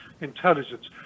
intelligence